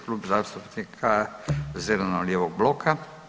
Klub zastupnika zeleno-lijevog bloka.